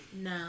No